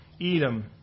Edom